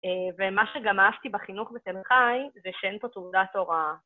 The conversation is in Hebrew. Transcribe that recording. ומה שגם אהבתי בחינוך בתל חי זה שאין פה תעודת הוראה.